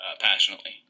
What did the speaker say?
passionately